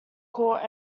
court